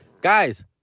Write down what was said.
Guys